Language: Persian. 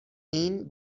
این